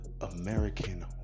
American